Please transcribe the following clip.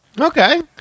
okay